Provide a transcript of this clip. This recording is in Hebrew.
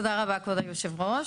תודה רבה, כבוד היו"ר.